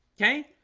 okay,